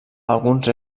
alguns